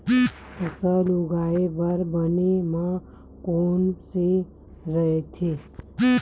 फसल उगाये बर बने माह कोन से राइथे?